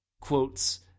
quotes